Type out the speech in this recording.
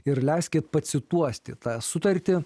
ir leiskit pacituoti tą sutartį